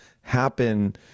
happen